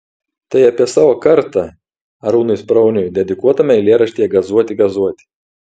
tai apie savo kartą arūnui sprauniui dedikuotame eilėraštyje gazuoti gazuoti